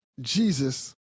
Jesus